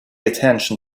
attention